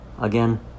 again